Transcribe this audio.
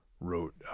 wrote